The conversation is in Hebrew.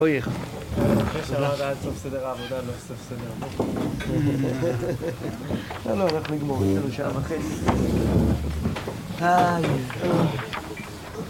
בואי יכול. אחרי שנה עד סוף סדר עבודה, לא סוף סדר. שלום, איך נגמור? יש לנו שעה וחצי.